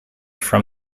from